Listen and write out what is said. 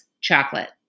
chocolate